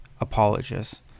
apologists